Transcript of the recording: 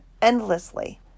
endlessly